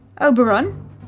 Oberon